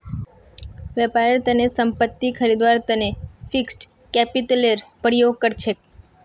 व्यापारेर तने संपत्ति खरीदवार तने फिक्स्ड कैपितलेर प्रयोग कर छेक